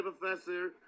Professor